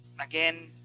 again